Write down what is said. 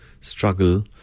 struggle